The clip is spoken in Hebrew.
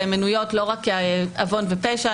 והן מנויות לא רק כעוון ופשע,